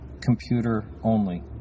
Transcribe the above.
computer-only